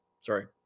sorry